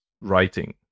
writing